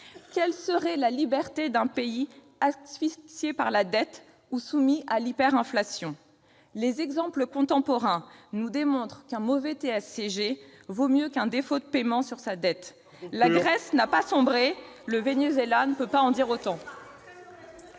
quelle serait la liberté d'un pays asphyxié par la dette ou soumis à l'hyperinflation ? Les exemples contemporains nous montrent qu'un mauvais TSCG vaut mieux qu'un défaut de paiement sur la dette. Il faut conclure, ma chère collègue. La Grèce n'a pas sombré ; le Venezuela ne peut pas en dire autant